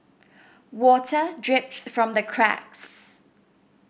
water drips from the cracks